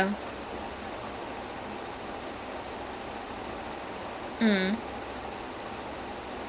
because he was in the air force then first he started with helicopters then afterwards he slowly expanded to airlines